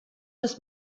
ist